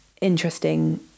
interesting